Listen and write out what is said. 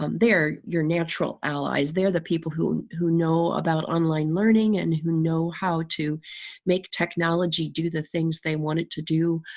um they're your natural allies, they're the people who who know about online learning and who know how to make technology, do the things they wanted to do.